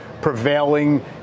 prevailing